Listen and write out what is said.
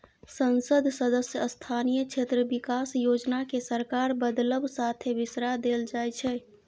संसद सदस्य स्थानीय क्षेत्र बिकास योजना केँ सरकार बदलब साथे बिसरा देल जाइ छै